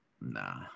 Nah